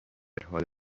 حال